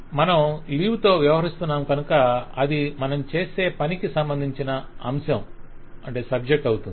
మనము లీవ్ తో వ్యవహరిస్తున్నాము కనుక అది మనం చేసే పనికి సంబంధించిన అంశం అవుతుంది